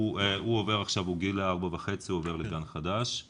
הוא בן 4.5, עובר לגן חדש.